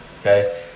okay